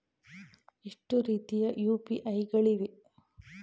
ಎಷ್ಟು ರೀತಿಯ ಯು.ಪಿ.ಐ ಗಳಿವೆ?